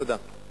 תודה.